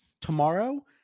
tomorrow